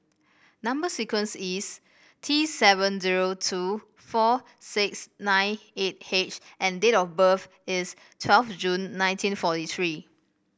number sequence is T seven zero two four six nine eight H and date of birth is twelve June nineteen forty three